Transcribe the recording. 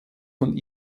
von